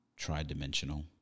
tridimensional